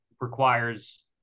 requires